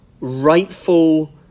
rightful